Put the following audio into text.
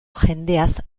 jendeaz